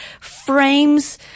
frames